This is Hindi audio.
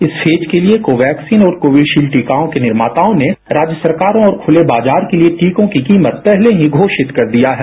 इस फेज के लिए कोवैक्सीन और कोविशील्ड टीकाओं के निर्माताओं ने राज्य सरकारों और खुले बाजार के लिए टीकों की कीमत पहले ही घोषित कर दी है